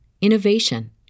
innovation